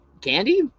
candy